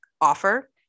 offer